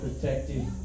protective